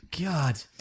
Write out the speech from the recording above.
God